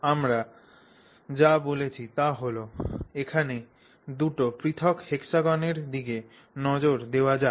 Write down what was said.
আমরা যা বলছি তা হল এখানে দুটি পৃথক hexagon এর দিকে নজর দেওয়া যাক